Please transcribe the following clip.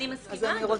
אני מסכימה עם זה.